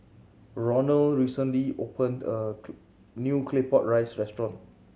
Ronal recently opened a new Claypot Rice restaurant